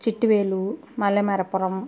Chittuvelu Mallemarapuram